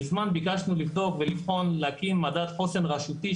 מזמן ביקשנו להתאים מדד חוסן רשותי,